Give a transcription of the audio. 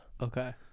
Okay